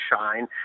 shine